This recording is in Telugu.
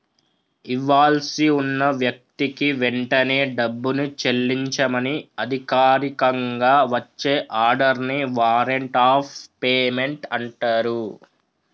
ఇవ్వాల్సి ఉన్న వ్యక్తికి వెంటనే డబ్బుని చెల్లించమని అధికారికంగా వచ్చే ఆర్డర్ ని వారెంట్ ఆఫ్ పేమెంట్ అంటరు